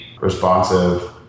responsive